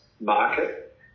market